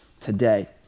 today